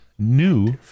New